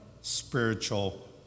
spiritual